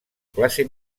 classe